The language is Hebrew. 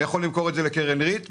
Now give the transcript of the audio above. אני יכול למכור אותן לקרן ריט,